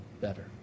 better